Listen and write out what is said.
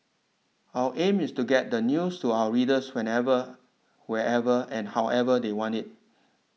our aim is to get the news to our readers whenever wherever and however they want it